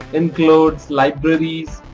includes, libraries,